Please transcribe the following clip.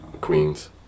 Queens